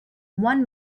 one